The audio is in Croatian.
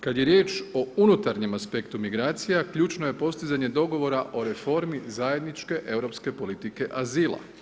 Kad je riječ o unutarnjem aspektu migracija ključno je postizanje dogovora o Reformi zajedničke europske politike azila.